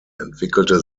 entwickelte